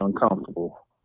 uncomfortable